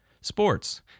sports